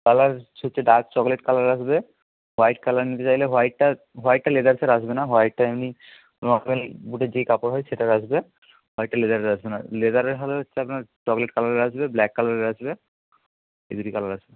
colour হচ্ছে dark chocolate colour আসবে white colour নিতে চাইলে হোয়াইটটা হোয়াইটটা লেদারসের আসবে না হোয়াইটটা এমনি নর্মাল বুটের যেই কাপড় হয় সেটার আসবে হোয়াইটটা লেদারের আসবে না লেদারের হবে হচ্ছে আপনার চকোলেট কালারের আসবে ব্ল্যাক কালারের আসবে এই দুটি কালার আসবে